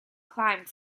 climbed